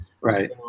Right